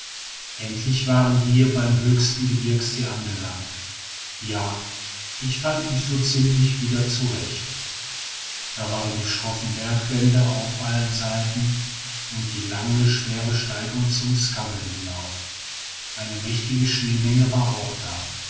endlich waren wir beim höchsten gebirgssee angelangt ja ich fand mich so ziemlich wieder zurecht da waren die schroffen bergwände auf allen seiten und die lange schwere steigung zum skavlen hinauf eine mächtige schneemenge war auch da